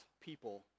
people